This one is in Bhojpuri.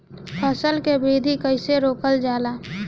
फसल के वृद्धि कइसे रोकल जाला?